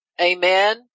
Amen